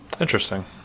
Interesting